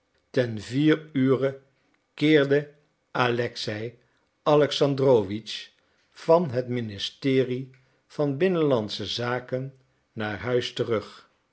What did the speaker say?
ten vier ure keerde alexei alexandrowitsch van het ministerie van binnenlandsche zaken naar huis terug